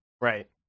right